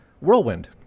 whirlwind